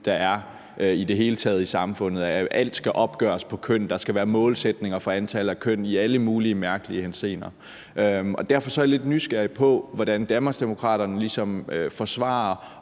der i det hele taget er i samfundet. Alt skal opgøres på køn, og der skal være målsætninger for kønsfordelingen i alle mulige mærkelige henseender. Derfor er jeg lidt nysgerrig på, hvordan Danmarksdemokraterne ligesom forsvarer